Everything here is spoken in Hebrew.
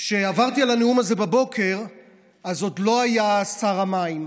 כשעברתי על הנאום הזה בבוקר אז עוד לא היה שר המים.